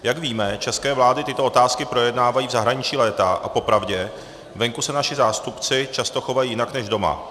Jak víme, české vlády tyto otázky projednávají v zahraničí léta a popravdě, venku se naši zástupci často chovají jinak než doma.